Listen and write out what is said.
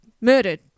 murdered